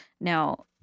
now